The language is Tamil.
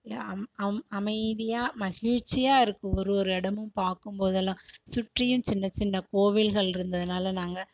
அமைதியாக மகிழ்ச்சியாக இருக்குது ஒவ்வொரு இடமும் பார்க்கும் போதெல்லாம் சுற்றியும் சின்ன சின்ன கோவில்கள் இருந்ததுனால் நாங்கள்